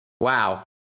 wow